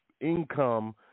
income